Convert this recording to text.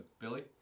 Billy